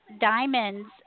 Diamond's